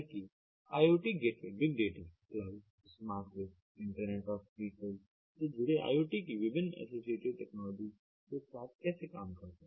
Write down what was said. तो यह है कि IoT gateway big data cloud smart grid internet of vehicle से जुड़े IoT की विभिन्न एसोसिएटेड टेक्नोलॉजी के साथ कैसे काम करता है